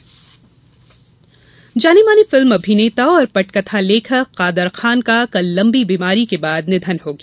कादरखान निधन जानेमाने फिल्म अमिनेता और पटकथा लेखक कादर खान का कल लम्बी बीमारी के बाद निधन हो गया